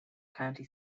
county